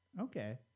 Okay